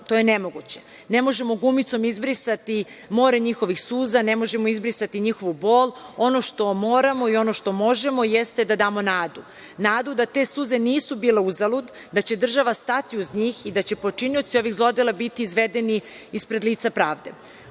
to je nemoguće. Ne možemo gumicom izbrisati more njihovih suza, ne možemo izbrisati njihovu bol. Ono što moramo i ono što možemo jeste da damo nadu, nadu da te suze nisu bile uzalud, da će država stati uz njih i da će počinioci ovih zlodela biti izvedeni pred lice